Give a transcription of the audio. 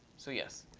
so, yes.